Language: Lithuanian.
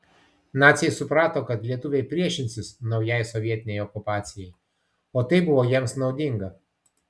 naciai suprato kad lietuviai priešinsis naujai sovietinei okupacijai o tai buvo jiems naudinga